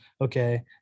okay